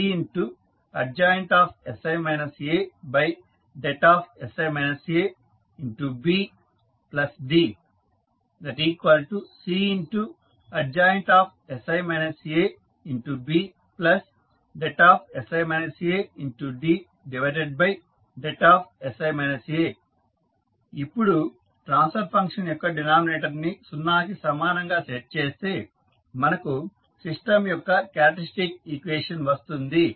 HsCadj|sI A|BD CadjsI ABsI ADsI A ఇప్పుడు transfer function యొక్క denominator ని 0 కి సమానంగా సెట్ చేస్తే మనకు సిస్టం యొక్క క్యారెక్టరిస్టిక్ ఈక్వేషన్ వస్తుంది